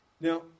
Now